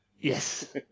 Yes